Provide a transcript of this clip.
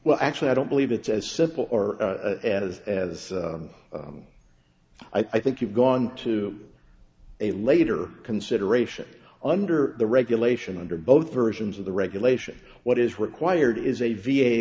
well actually i don't believe it's as simple or as as i think you've gone to a later consideration under the regulation under both versions of the regulation what is required is a v